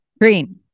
Green